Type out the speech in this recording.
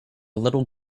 little